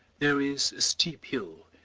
there is a steep hill,